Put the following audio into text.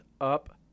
up